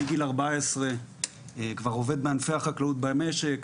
מגיל 14 כבר עובד בענפי החקלאות במשק,